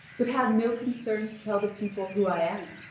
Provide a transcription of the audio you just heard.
but have no concern to tell the people who i am!